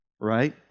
right